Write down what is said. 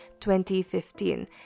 2015